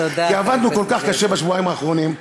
כי עבדנו כל כך קשה בשבועיים האחרונים,